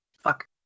Fuck